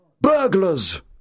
Burglars